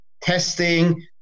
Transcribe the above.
testing